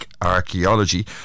Archaeology